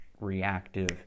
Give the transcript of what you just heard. reactive